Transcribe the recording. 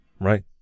Right